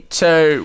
two